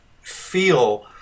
feel